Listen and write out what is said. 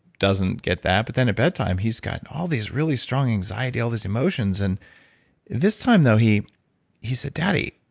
doesn't get that, but then at bedtime, he's got all these really strong anxiety, all these emotions and this time though, he he said, daddy,